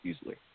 easily